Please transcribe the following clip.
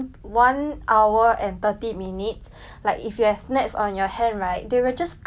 like if you have snacks on your hand right they will just come to you then you can even like